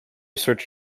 search